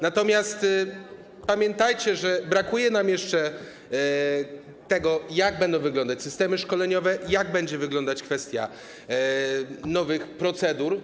Natomiast pamiętajcie, że brakuje nam jeszcze tego, jak będą wyglądać systemy szkoleniowe, jak będzie wyglądać kwestia nowych procedur.